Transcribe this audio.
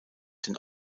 den